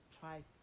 Try